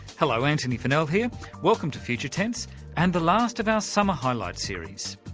hello antony funnell here welcome to future tense and the last of our summer highlights series.